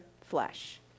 flesh